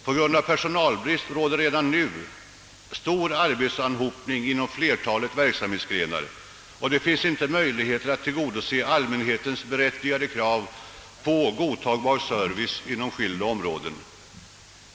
På grund av personalbrist råder redan nu stor arbetsanhopning inom flertalet verksamhetsgrenar, och det är inte möjligt att tillgodose allmänhetens berättigade krav på godtagbar service på skilda områden.